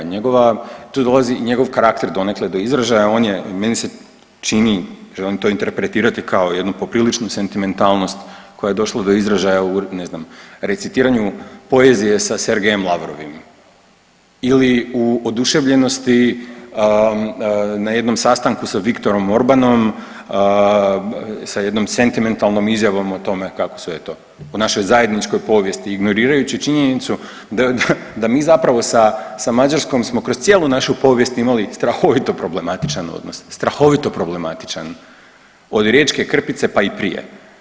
Tu dolazi i njegov karakter donekle do izražaja, on je meni se čini, želim to interpretirati kao jednu popriličnu sentimentalnost koja je došla do izražaja u ne znam recitiranju poezije sa Sergejem Lavrovim ili u oduševljenosti na jednom sastanku sa Viktorom Orbanom, sa jednom sentimentalnom izjavom o tome kako su eto o našoj zajedničkoj povijesti, ignorirajući činjenicu da mi zapravo sa Mađarskom smo kroz cijelu našu povijest imali strahovito problematičan odnos, strahovito problematičan od riječke krpice pa i prije.